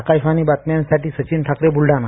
आकाशवाणी बातम्यासाठी सचिन ठाकरे बुलडाणा